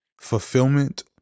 fulfillment